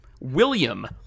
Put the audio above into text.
William